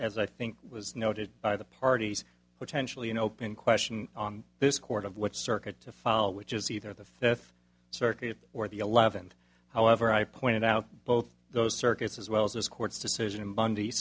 as i think was noted by the parties potentially an open question on this court of which circuit to file which is either the fifth circuit or the eleventh however i pointed out both those circuits as well as this court's decision